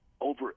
over